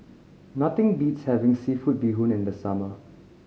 nothing beats having seafood bee hoon in the summer